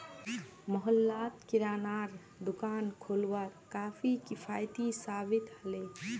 मोहल्लात किरानार दुकान खोलवार काफी किफ़ायती साबित ह ले